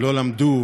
לא למדו